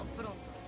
pronto